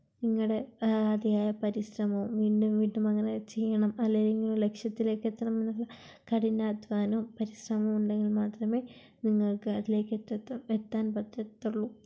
നിങ്ങളുടെ അതിയായ പരിശ്രമവും വീണ്ടും വീണ്ടും അങ്ങനെ ചെയ്യണം അല്ലെങ്കിൽ ഇനിയും ലക്ഷ്യത്തിലേക്ക് എത്തണമെന്നുള്ള കഠിനാധ്വാനവും പരിശ്രമവും ഉണ്ടെങ്കിൽ മാത്രമേ നിങ്ങൾക്ക് അതിലേക്ക് എത്താൻ എത്താൻ പറ്റത്തൊള്ളൂ